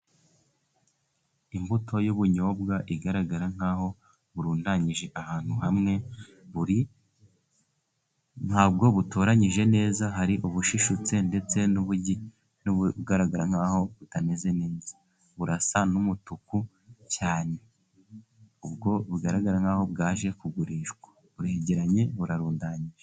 Imbuto y'ubunyobwa igaragara nk'aho burundanyije ahantu hamwe. Nta bwo butoranyije neza, hari ubushishutse ndetse n'ubugaragara nk'aho butameze neza. Burasa n'umutuku cyane. Ubwo bugaragara nk'aho bwaje kugurishwa. buregeranye, burarundanyije.